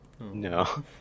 No